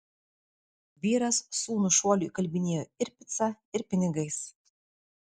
vyras sūnų šuoliui įkalbinėjo ir pica ir pinigais